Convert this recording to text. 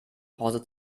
pause